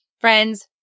Friends